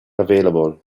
available